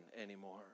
anymore